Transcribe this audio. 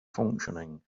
functioning